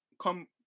come